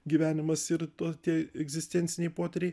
gyvenimas ir to tie egzistenciniai potyriai